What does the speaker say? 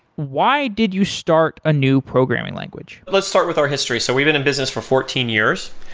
why did you start a new programming language? let's start with our history. so we've been in business for fourteen years,